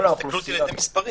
ההסתכלות היא על ידי מספרים.